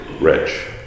rich